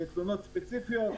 תלונות ספציפיות,